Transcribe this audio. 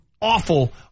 awful